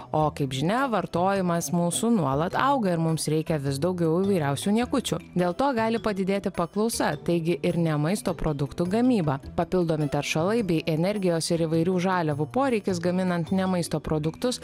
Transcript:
o kaip žinia vartojimas mūsų nuolat auga ir mums reikia vis daugiau įvairiausių niekučių dėl to gali padidėti paklausa taigi ir ne maisto produktų gamyba papildomi teršalai bei energijos ir įvairių žaliavų poreikis gaminant ne maisto produktus